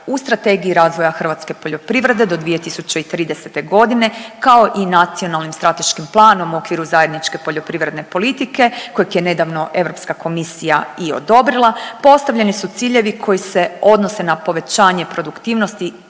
U Strategiji razvoja hrvatske poljoprivrede do 2030. g. kao i Nacionalnim strateškim planom u okviru zajedničke poljoprivredne politike kojeg je nedavno EK i odobrila, postavljeni su ciljevi koji se odnose na povećanje produktivnosti